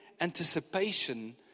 anticipation